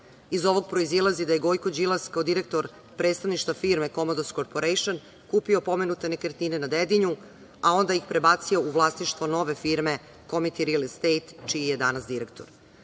Iz ovog proizilazi da je Gojko Đilas, kao direktor predstavništva firme „Komodos korporejšn“ kupio pomenute nekretnine na Dedinju, a onda ih prebacio u vlasništvo nove firme „Komiti ril estejt“, čiji je danas direktor. Sve